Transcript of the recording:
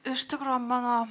iš tikro mano